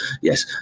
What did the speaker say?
yes